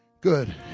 Good